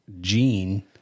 Gene